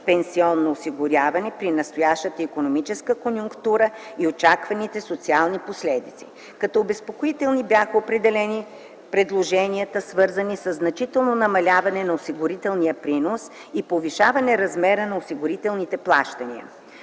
пенсионно осигуряване при настоящата икономическа конюнктура и очакваните социални последици. Като обезпокоителни бяха определени предложенията, свързани със значително намаляване на осигурителния принос и повишаване размерите на осигурителните плащания.